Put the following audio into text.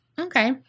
okay